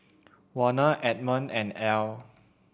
Warner Edmond and Ell